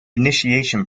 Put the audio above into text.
initiation